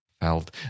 felt